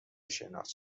شناخت